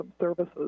services